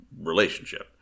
relationship